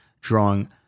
drawing